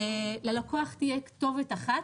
ללקוח תהיה כתובת אחת,